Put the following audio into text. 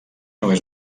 només